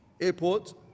airport